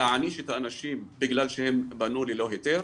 להעניש את האנשים בגלל שהם בנו ללא היתר?